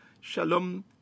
shalom